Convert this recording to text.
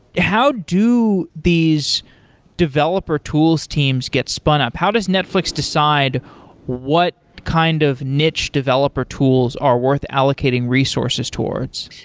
how do these developer tools teams get spun up? how does netflix decide what kind of niche developer tools are worth allocating resources towards?